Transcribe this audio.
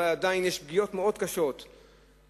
אבל עדיין יש פגיעות מאוד קשות בחינוך.